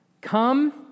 Come